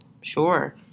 sure